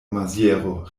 maziero